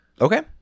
Okay